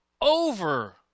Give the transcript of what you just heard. over